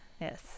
Yes